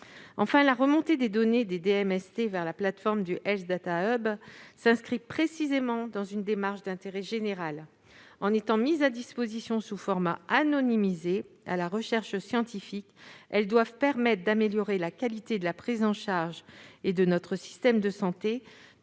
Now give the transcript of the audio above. Enfin, la remontée des données des DMST vers la plateforme du Health Data Hub s'inscrit précisément dans une démarche d'intérêt général. En étant mises à disposition de la recherche scientifique, sous format anonymisé, elles doivent permettre d'améliorer la qualité de la prise en charge de notre système de santé